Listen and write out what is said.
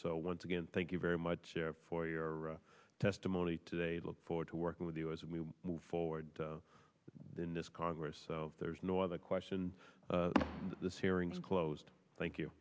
so once again thank you very much for your testimony today look forward to working with you as we move forward in this congress so there's no other question this hearing is closed thank you